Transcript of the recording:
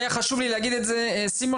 היה חשוב לי להגיד את זה סימון,